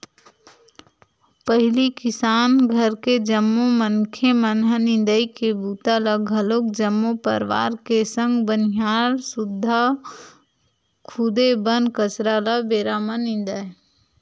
पहिली किसान घर के जम्मो मनखे मन ह निंदई के बूता ल घलोक जम्मो परवार के संग बनिहार सुद्धा खुदे बन कचरा ल बेरा म निंदय